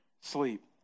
sleep